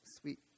sweet